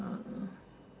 a'ah